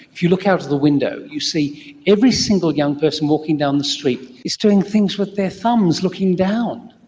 if you look out of the window you see every single young person walking down the street is doing things with their thumbs, looking down,